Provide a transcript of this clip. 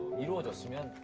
you know and sooyong